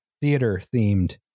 theater-themed